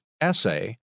essay